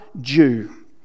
Jew